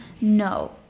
no